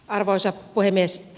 arvoisa puhemies